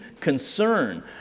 concern